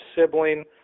sibling